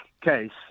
case